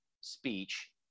speech